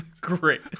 Great